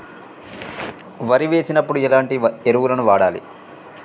వరి వేసినప్పుడు ఎలాంటి ఎరువులను వాడాలి?